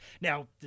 Now